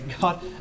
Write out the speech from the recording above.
God